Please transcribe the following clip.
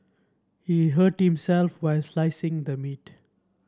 he hurt himself while slicing the meat